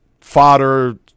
fodder